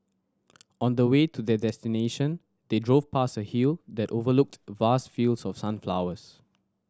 on the way to their destination they drove past a hill that overlooked vast fields of sunflowers